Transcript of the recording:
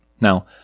Now